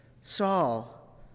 Saul